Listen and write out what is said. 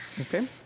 Okay